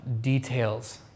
details